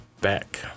back